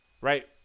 right